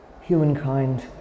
humankind